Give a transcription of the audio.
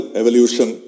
evolution